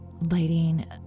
lighting